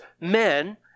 men